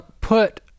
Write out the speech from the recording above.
put